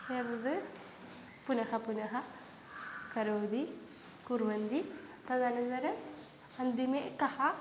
एव पुनः पुनः करोति कुर्वन्ति तदनन्तरम् अन्तिमे कः